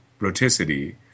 roticity